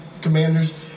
commanders